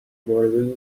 مارو